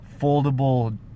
foldable